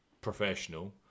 professional